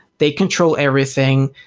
they control everything.